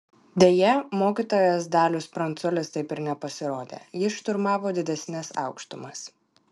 deja mokytojas dalius pranculis taip ir nepasirodė jis šturmavo didesnes aukštumas